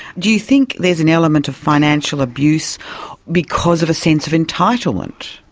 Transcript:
do you think there's an element of financial abuse because of a sense of entitlement?